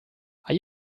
are